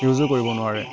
ইউজো কৰিব নোৱাৰে